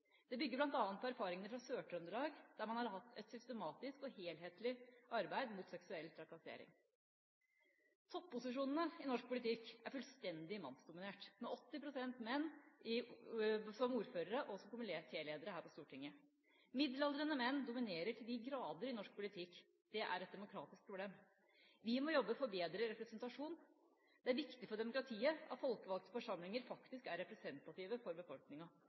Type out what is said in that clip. Det bygger bl.a. på erfaringene fra Sør-Trøndelag, der man har hatt et systematisk og helhetlig arbeid mot seksuell trakassering. Topposisjonene i norsk politikk er fullstendig mannsdominerte, med 80 pst. menn som ordførere og komitéledere her på Stortinget. Middelaldrende menn dominerer til de grader i norsk politikk – det er et demokratisk problem. Vi må jobbe for bedre representasjon. Det er viktig for demokratiet at folkevalgte forsamlinger faktisk er representative for befolkninga.